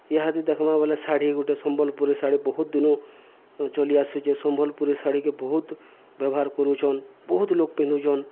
ହାତିି ଦେଖ୍ମା ବେଲେ ଶାଢ଼ୀ ଗୁଟେ ସମ୍ବଲ୍ପୁରୀ ଶାଢ଼ୀ ବହୁତ୍ ଦିନ୍ ଚଲିଆସୁଚେ ସମ୍ବଲ୍ପୁରୀ ଶାଢ଼ୀକେ ବହୁତ୍ ବ୍ୟବହାର୍ କରୁଛନ୍ ବହୁତ୍ ଲୋକ୍ ପିନ୍ଧୁଛନ୍